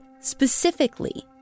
specifically